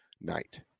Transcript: night